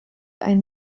einen